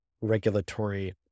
regulatory